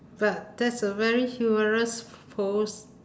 well that's a very humorous pose